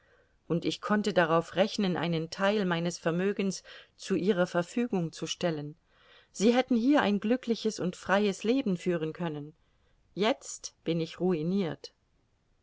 und ich konnte darauf rechnen einen theil meines vermögens zu ihrer verfügung zu stellen sie hätten hier ein glückliches und freies leben führen können jetzt bin ich ruinirt